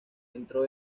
entró